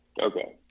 Okay